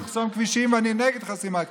מותר לחסום כבישים, ואני נגד חסימת כבישים.